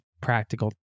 practical